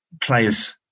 players